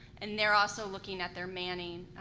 and they're also looking at their manning.